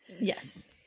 Yes